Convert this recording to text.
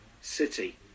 city